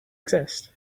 exist